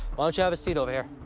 ah yeah have a seat over here?